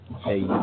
hey